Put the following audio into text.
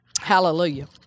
Hallelujah